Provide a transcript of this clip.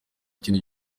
ikintu